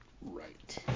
Right